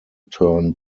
turn